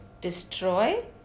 destroy